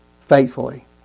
faithfully